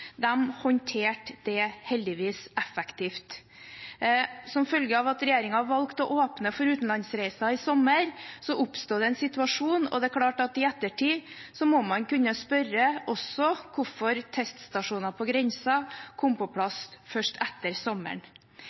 håndterte det heldigvis effektivt. Som følge av at regjeringen valgte å åpne for utenlandsreiser i sommer, oppsto det en situasjon, og det er klart at i ettertid må man kunne spørre også hvorfor teststasjoner på grensen kom på plass først etter sommeren.